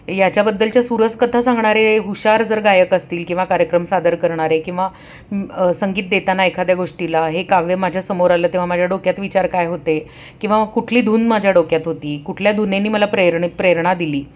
याच्याबद्दलच्या सुरस कथा सांगणारे हुशार जर गायक असतील किंवा कार्यक्रम सादर करणारे किंवा संगीत देताना एखाद्या गोष्टीला हे काव्य माझ्यासमोर आलं तेव्हा माझ्या डोक्यात विचार काय होते किंवा कुठली धून माझ्या डोक्यात होती कुठल्या धुनेनी मला प्रेरणी प्रेरणा दिली